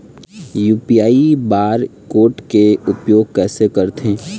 UPI bar code के उपयोग कैसे करथें?